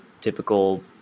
typical